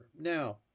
Now